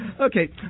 Okay